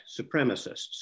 supremacists